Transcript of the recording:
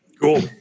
Cool